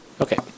Okay